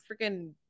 freaking